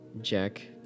Jack